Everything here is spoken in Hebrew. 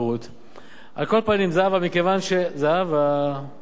על כל פנים, זהבה, מכיוון, זהבה, אני מדבר אלייך.